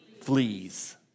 fleas